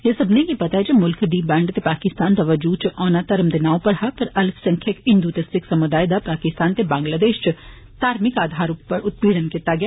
एह् सब्बनें गी पता ऐ जे मुल्ख दी बं डते पाकिस्तान दा बजूद इच औना धर्म दे नां उप्पर हा पर अल्पसंख्यक हिंदू ते सिख समुदाएं दा पाकिस्तान ते बंगलादेष इच धार्मिक आधार उप्पर उत्पीड़न कीता गेआ